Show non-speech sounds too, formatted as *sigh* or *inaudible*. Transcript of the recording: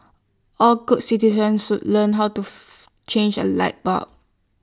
all good citizens should learn how to *unintelligible* change A light bulb